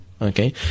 Okay